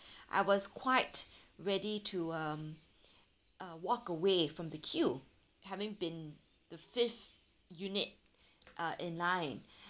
I was quite ready to um uh walk away from the queue having been the fifth unit uh in line